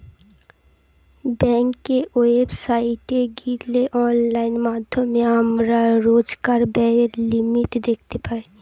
বেংকের ওয়েবসাইটে গিলে অনলাইন মাধ্যমে আমরা রোজকার ব্যায়ের লিমিট দ্যাখতে পারি